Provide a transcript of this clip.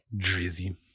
Drizzy